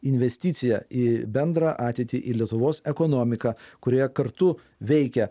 investicija į bendrą ateitį į lietuvos ekonomiką kurioje kartu veikia